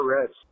Reds